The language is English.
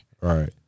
Right